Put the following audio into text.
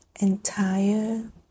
entire